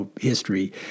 history